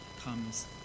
comes